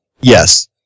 Yes